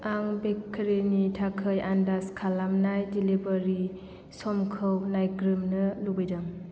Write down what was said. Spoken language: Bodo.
आं बेकारिनि थाखाय आन्दाज खालामनाय डेलिभारि समखौ नायग्रोमनो लुबैदों